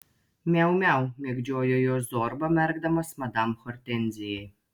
miau miau mėgdžiojo juos zorba merkdamas madam hortenzijai